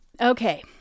Okay